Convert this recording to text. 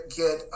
get